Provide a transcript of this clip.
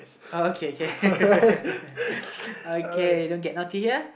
okay K K okay don't get naughty here